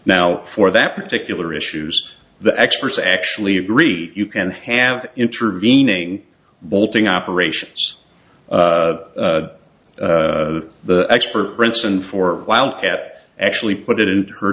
now for that particular issues the experts actually agree you can have intervening molting operations the expert princeton for wildcat actually put it in her